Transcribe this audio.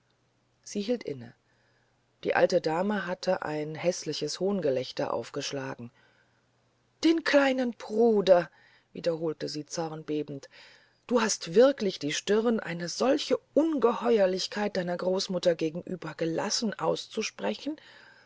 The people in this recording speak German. sie hielt inne die alte dame hatte ein häßliches hohngelächter aufgeschlagen den kleinen bruder wiederholte sie zornbebend du hast wirklich die stirn eine solche ungeheuerlichkeit deiner großmutter gegenüber gelassen auszusprechen